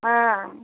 ஆ